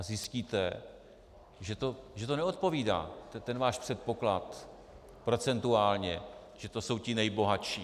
Zjistíte, že to neodpovídá, ten váš předpoklad, procentuálně, že to jsou ti nejbohatší.